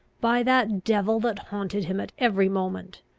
by that devil that haunted him at every moment,